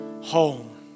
home